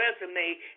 resume